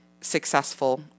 successful